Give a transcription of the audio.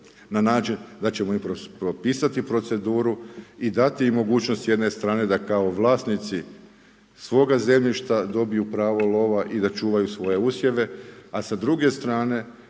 na način da ćemo im propisati proceduru i dati im mogućnost s jedne strane da kao vlasnici svoga zemljišta dobiju pravo lova i da čuvaju svoje usjeve a s druge strane